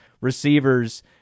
receivers